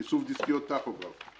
איסוף דסקיות טכוגרף.